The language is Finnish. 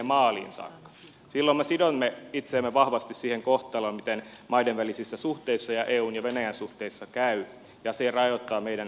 silloin me sidomme itseämme vahvasti siihen kohtaloon miten maiden välisissä suhteissa ja eun ja venäjän suhteissa käy ja se rajoittaa meidän liikkumatilaamme